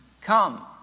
Come